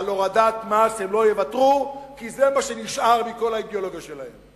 על הורדת מס הם לא יוותרו כי זה מה שנשאר מכל האידיאולוגיה שלהם.